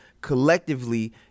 collectively